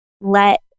let